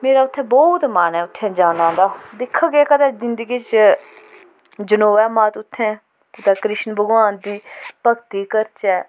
मेरा उत्थैं बौह्त मन ऐ उत्थैं जाने दा दिखगे कदें जिंदगी च जनोऐ मत उत्थैं कुदैं कृष्ण भगवान दी भक्ति करचै